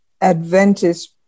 Adventist